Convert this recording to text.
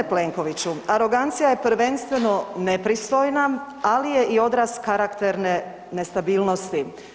G. Plenkoviću, arogancija je prvenstveno nepristojna, ali je i odraz karakterne nestabilnosti.